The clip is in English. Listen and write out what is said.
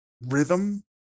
rhythm